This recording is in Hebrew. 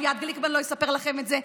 אביעד גליקמן לא יספר לכם את זה,